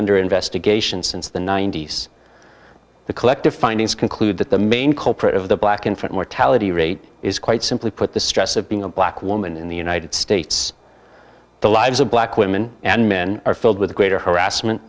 under investigation since the ninety's the collective findings conclude that the main culprit of the black infant mortality rate is quite simply put the stress of being a black woman in the united states the lives of black women and men are filled with greater harassment